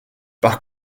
par